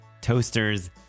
toasters